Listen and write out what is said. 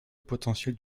potentiel